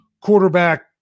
quarterback